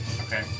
Okay